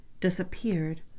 disappeared